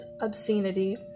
obscenity